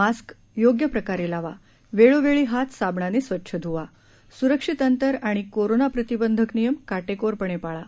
mask योग्य प्रकारे लावा वेळोवेळी हात साबणाने स्वच्छ धुवा सुरक्षित अंतर आणि कोरोना प्रतिबंधक नियम काटेकोरपणे पाळा